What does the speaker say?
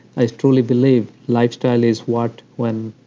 i truly believe lifestyle is what when,